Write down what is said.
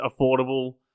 affordable